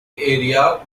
area